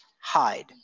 hide